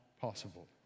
possible